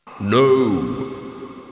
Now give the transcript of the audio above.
No